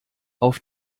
auf